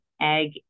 egg